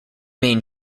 main